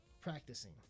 practicing